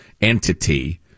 entity